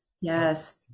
Yes